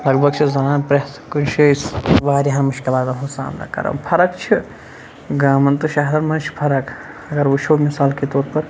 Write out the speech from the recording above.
لَگبَگ چھِ زَنان پرٮ۪تھ کُنہِ ش جایہِ واریَہَن مُشکِلاتَن ہُنٛد سامنہٕ کَران فرق چھِ گامَن تہٕ شَہرَن مَنٛز چھِ فرق اَگَر وٕچھو مِثال کے طور پَر